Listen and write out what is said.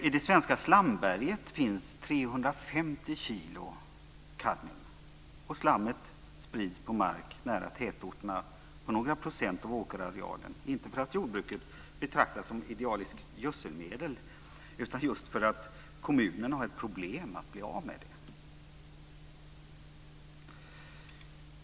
I det svenska slamberget finns det 350 kilo kadmium, och slammet sprids på mark nära tätorterna på några procent av åkerarealen - inte därför att jordbruket betraktar det som idealiskt gödselmedel utan just därför att kommunen har problem med att bli av med slammet.